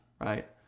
right